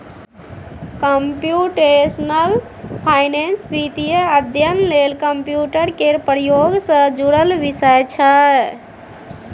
computational finance वित्तीय अध्ययन लेल कंप्यूटर केर प्रयोग सँ जुड़ल विषय छै